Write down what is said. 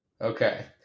Okay